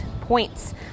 points